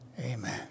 amen